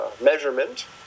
measurement